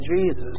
Jesus